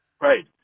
Right